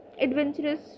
adventurous